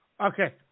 Okay